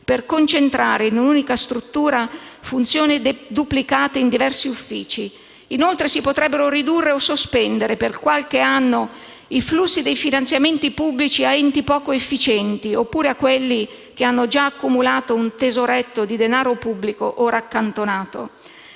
per concentrare in un'unica struttura funzioni duplicate in diversi uffici. Inoltre, si potrebbero ridurre o sospendere per qualche anno i flussi dei finanziamenti pubblici a enti poco efficienti oppure a quelli che hanno già accumulato un tesoretto di denaro pubblico, ora accantonato.